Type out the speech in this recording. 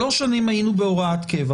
שלוש שנים היינו בהוראת שעה.